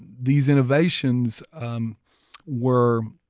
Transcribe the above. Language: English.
these innovations um were